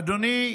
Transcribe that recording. אדוני,